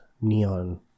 neon